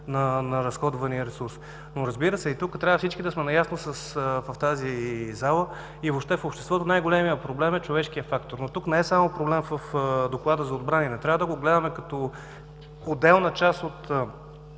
на разходвания ресурс. Разбира се, тук трябва всички да сме наясно, в тази зала и в обществото, че най-големият проблем е човешкият фактор. Тук не е само проблем в Доклада за отбрана и не трябва да го гледаме като отделна част от